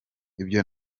ibyo